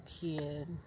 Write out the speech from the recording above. kid